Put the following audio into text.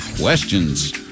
questions